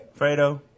Fredo